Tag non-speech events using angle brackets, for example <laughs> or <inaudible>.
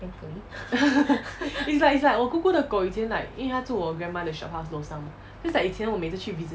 <laughs> it's like it's like 我姑姑的狗以前 like 因为它住我 grandma 的 shophouse 楼上 just like 以前去每次去 visit